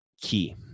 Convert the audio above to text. key